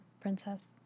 princess